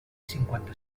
cinquanta